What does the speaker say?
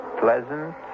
pleasant